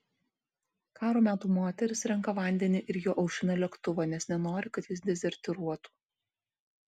karo metų moteris renka vandenį ir juo aušina lėktuvą nes nenori kad jis dezertyruotų